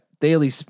daily